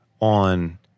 on